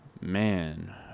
man